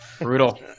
Brutal